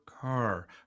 car